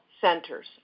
centers